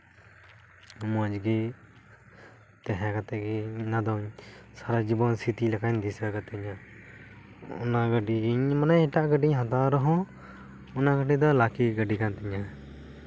ᱢᱚᱡᱽ ᱜᱮ ᱛᱟᱦᱮᱸ ᱠᱟᱛᱮ ᱜᱮ ᱚᱱᱟ ᱫᱚᱧ ᱥᱟᱨᱟ ᱡᱤᱵᱚᱱ ᱥᱨᱤᱛᱤ ᱞᱮᱠᱟᱧ ᱫᱤᱥᱟᱹ ᱠᱟᱛᱤᱧᱟ ᱚᱱᱟ ᱜᱟᱹᱰᱤᱧ ᱢᱟᱱᱮ ᱮᱴᱟᱜ ᱜᱟᱹᱰᱤᱧ ᱦᱟᱛᱟᱣ ᱨᱮᱦᱚᱸ ᱚᱱᱟ ᱜᱟᱹᱰᱤ ᱫᱚ ᱞᱟᱠᱤ ᱜᱟᱹᱰᱤ ᱠᱟᱱ ᱛᱤᱧᱟᱹ